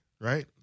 right